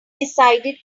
decided